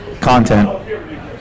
content